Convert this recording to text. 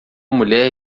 mulher